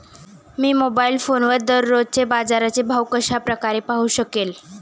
मी mobile फोनवर दररोजचे बाजाराचे भाव कशा प्रकारे पाहू शकेल?